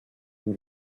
who